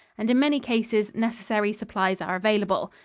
and in many cases, necessary supplies are available.